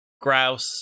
Grouse